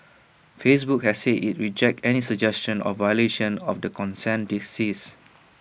Facebook has said IT rejects any suggestion of violation of the consent disease